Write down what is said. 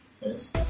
Yes